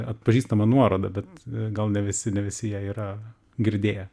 atpažįstama nuoroda bet gal ne visi ne visi ją yra girdėję